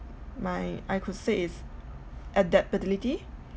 mine I could say is adaptability